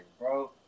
bro